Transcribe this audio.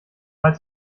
mal